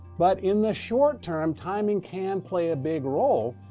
but in the short term, timing can play a big role.